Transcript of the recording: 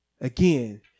again